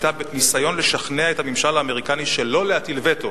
היתה בניסיון לשכנע את הממשל האמריקני שלא להטיל וטו